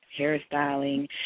hairstyling